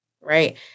right